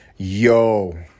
Yo